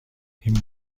این